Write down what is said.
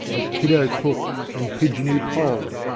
as kiddo cook and pigeony poll,